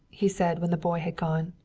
he said when the boy had gone.